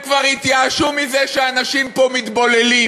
הם כבר התייאשו מזה שאנשים פה מתבוללים.